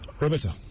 Roberta